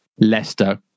Leicester